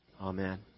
Amen